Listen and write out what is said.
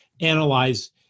analyze